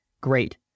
great